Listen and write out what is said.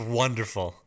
wonderful